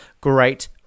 great